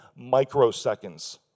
microseconds